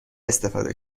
استفاده